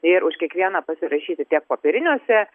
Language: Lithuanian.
ir už kiekvieną pasirašyti tiek popieriniuose